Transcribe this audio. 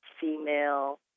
female